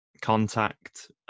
contact